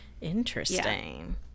Interesting